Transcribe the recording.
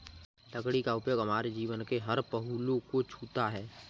लकड़ी का उपयोग हमारे जीवन के हर पहलू को छूता है